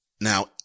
Now